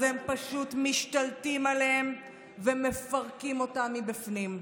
אז הם פשוט משתלטים עליהם ומפרקים אותם מבפנים.